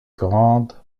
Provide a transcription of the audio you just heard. grandes